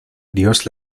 dios